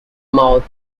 mouth